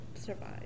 Survive